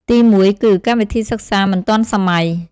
ទីមួយគឺ កម្មវិធីសិក្សាមិនទាន់សម័យ។